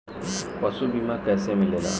पशु बीमा कैसे मिलेला?